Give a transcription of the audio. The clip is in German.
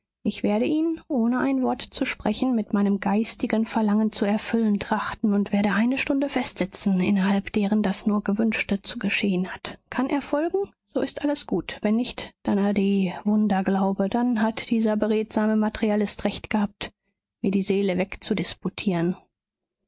ich werde ihn ohne ein wort zu sprechen mit meinem geistigen verlangen zu erfüllen trachten und werde eine stunde festsetzen innerhalb deren das nur gewünschte zu geschehen hat kann er folgen so ist alles gut wenn nicht dann ade wunderglaube dann hat dieser beredsame materialist recht gehabt mir die seele wegzudisputieren am